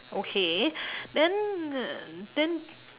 okay then uh then